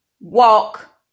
walk